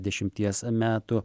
dešimties metų